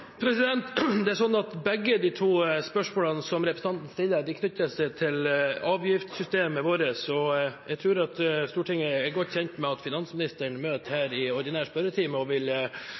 Begge de to spørsmålene som representanten stiller, knytter seg til avgiftssystemet vårt. Jeg tror Stortinget er godt kjent med at finansministeren møter her i ordinær spørretime og vil